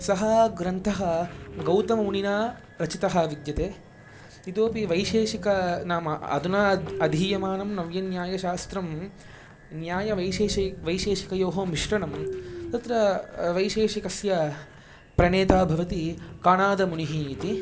सः ग्रन्थः गौतममुनिना रचितः विद्यते इतोऽपि वैशेषिक नाम अधुना अधीयमानं नव्यन्यायशास्त्रं न्यायवैशेषै वैशेषिकयोः मिश्रणं तत्र वैशेषिकस्य प्रणेता भवति कणादमुनिः इति